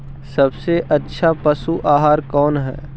सबसे अच्छा पशु आहार कौन है?